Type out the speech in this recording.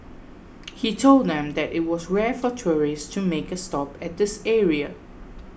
he told them that it was rare for tourists to make a stop at this area